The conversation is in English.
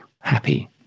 happy